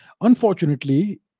Unfortunately